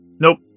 Nope